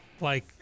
Like-